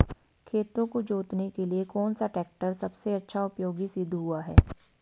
खेतों को जोतने के लिए कौन सा टैक्टर सबसे अच्छा उपयोगी सिद्ध हुआ है?